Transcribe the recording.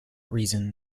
reason